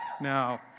Now